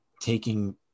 taking